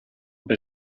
per